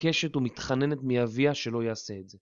מבקשת ומתחננת מאביה שלא יעשה את זה.